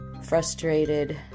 frustrated